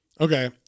Okay